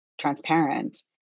transparent